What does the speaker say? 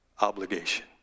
obligation